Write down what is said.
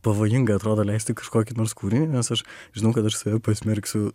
pavojinga atrodo leisti kažkokį nors kūrinį nes aš žinau kad aš save pasmerksiu